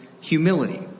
humility